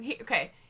okay